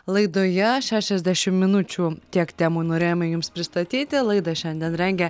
laidoje šešiasdešim minučių tiek temų norėjome jums pristatyti laidą šiandien rengia